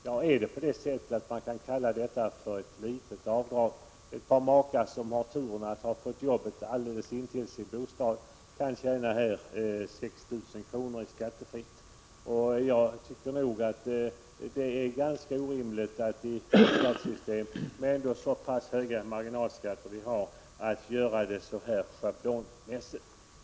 Kan man kalla schablonavdraget för ett litet avdrag? Ett par makar som har haft turen att få jobb alldeles intill sin bostad kan tjäna 6 000 kr. i skattefrihet. Jag tycker att det är ganska orimligt att man i ett skattesystem med de höga marginalskatter som vi har så schablonmässigt inför en avdragsrätt.